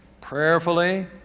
prayerfully